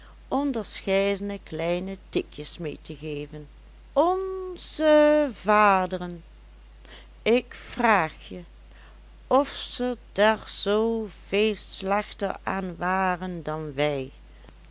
onderscheidene kleine tikjes mee te geven onze vaderen ik vraag je of ze der zoo veel slechter aan waren dan wij